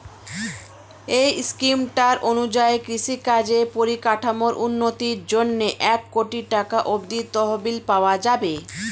এই স্কিমটার অনুযায়ী কৃষিকাজের পরিকাঠামোর উন্নতির জন্যে এক কোটি টাকা অব্দি তহবিল পাওয়া যাবে